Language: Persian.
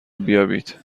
بیابید